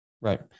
right